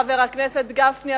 חבר הכנסת גפני,